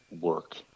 work